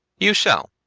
you shall.